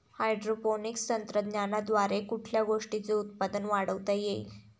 Hydroponics तंत्रज्ञानाद्वारे कुठल्या गोष्टीचे उत्पादन वाढवता येईल?